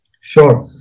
Sure